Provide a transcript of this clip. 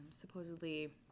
supposedly